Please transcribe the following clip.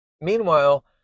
Meanwhile